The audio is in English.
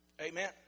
Amen